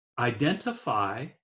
Identify